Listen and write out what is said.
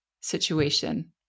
situation